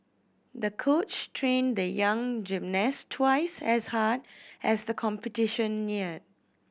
the coach trained the young gymnast twice as hard as the competition neared